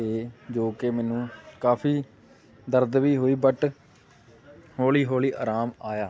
ਅਤੇ ਜੋ ਕਿ ਮੈਨੂੰ ਕਾਫੀ ਦਰਦ ਵੀ ਹੋਈ ਬਟ ਹੌਲੀ ਹੌਲੀ ਆਰਾਮ ਆਇਆ